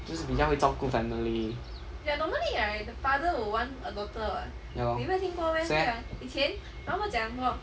就是比较会照顾 family ya lor 是 meh